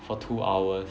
for two hours